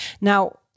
Now